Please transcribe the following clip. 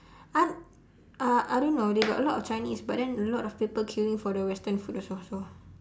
!huh! uh I don't know they got a lot of chinese but then a lot of people queueing for the western food also so